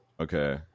Okay